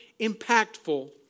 impactful